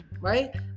right